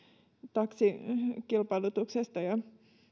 taksikilpailutuksesta ja